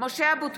(קוראת בשמות חברי הכנסת) משה אבוטבול,